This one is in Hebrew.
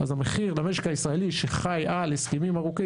אז המחיר למשק הישראלי שחי על הסכמים ארוכי